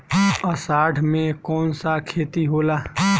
अषाढ़ मे कौन सा खेती होला?